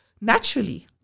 naturally